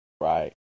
right